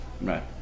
Right